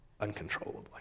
uncontrollably